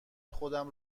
خودم